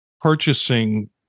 purchasing